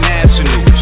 National